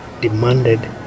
demanded